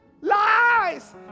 lies